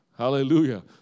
Hallelujah